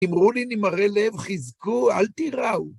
״אמרו לנמהרי לב, חזקו, אל תיראו״.